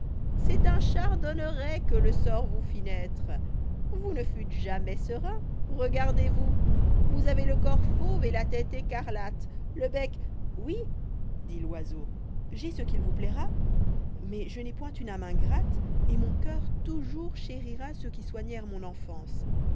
c'est d'un chardonneret que le sort vous fit naître vous ne fûtes jamais serin regardez-vous vous avez le corps fauve et la tête écarlate he bec oui dit l'oiseau j'ai ce qu'il vous plaira mais je n'ai point une âme ingrate et mon coeur toujours chérira ceux qui soignèrent mon enfance